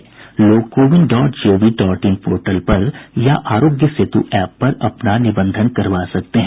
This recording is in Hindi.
लोग टीके लेने के लिए CoWIN dot gov dot in portal पर या आरोग्य सेतु एप पर अपना निबंधन करवा सकते हैं